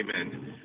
amen